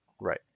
Right